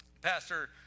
Pastor